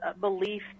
belief